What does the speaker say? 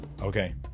Okay